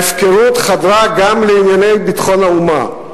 ההפקרות חדרה גם לענייני ביטחון האומה,